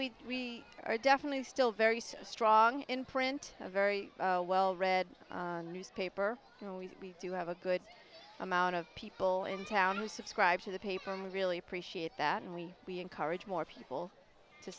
say we are definitely still very strong in print a very well read newspaper and we do have a good amount of people in town who subscribe to the paper and really appreciate that and we we encourage more people to